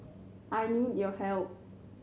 I need your help